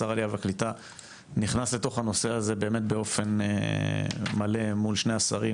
שר העלייה והקליטה נכנס לתוך הנושא הזה באמת באופן מלא מול שני השרים,